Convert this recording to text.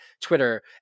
Twitter